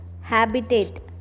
habitat